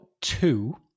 two